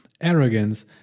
arrogance